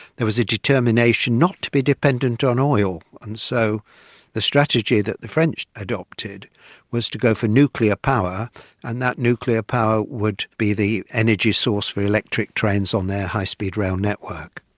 there was a determination not to be dependent on oil, and so the strategy that the french adopted was to go for nuclear power and that nuclear power would be the energy source for electric trains on their high speed rail network.